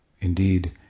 indeed